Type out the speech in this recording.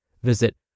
Visit